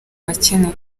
abakene